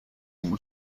como